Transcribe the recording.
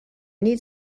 need